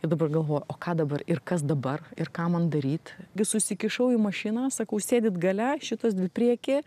ir dabar galvoju o ką dabar ir kas dabar ir ką man daryt gi susikišau į mašiną sakau sėdit gale šitos dvi prieky